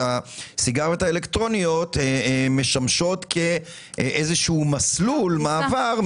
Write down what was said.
הסיגריות האלקטרוניות משמשות כאיזשהו מסלול מעבר.